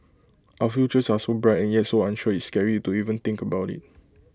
our futures are so bright and yet so unsure it's scary to even think about IT